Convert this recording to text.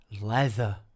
leather